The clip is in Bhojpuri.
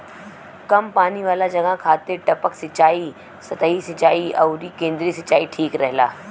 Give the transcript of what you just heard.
कम पानी वाला जगह खातिर टपक सिंचाई, सतही सिंचाई अउरी केंद्रीय सिंचाई ठीक रहेला